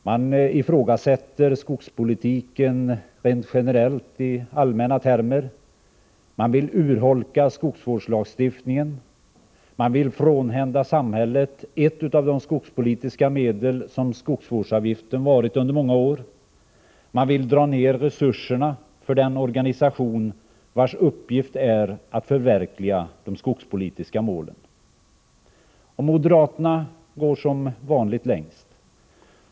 Man ifrågasätter skogspolitiken rent generellt i allmänna termer. Man vill urholka skogsvårdslagstiftningen. Man vill frånhända samhället ett av de skogspolitiska medel som skogsvårdsavgiften varit under många år. Man vill dra ner resurserna för den organisation vars uppgift det är att förverkliga de skogspolitiska målen. Moderaterna går som vanligt längst.